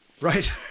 Right